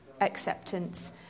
acceptance